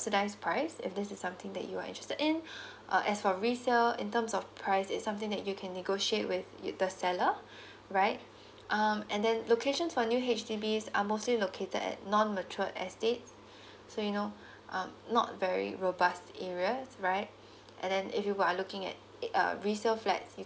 subsidized price if this is something that you are interested in uh as for resale in terms of price is something that you can negotiate with with the seller right um and then location for new H_D_B are mostly located at non mature estate so you know um not very robust area right and then if you are looking at it uh resale flat